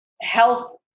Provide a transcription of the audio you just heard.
health